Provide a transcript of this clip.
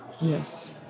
Yes